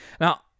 Now